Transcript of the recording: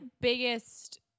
biggest